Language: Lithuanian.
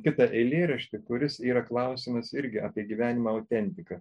kitą eilėraštį kuris yra klausimas irgi apie gyvenimo autentika